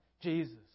Jesus